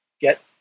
get